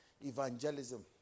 evangelism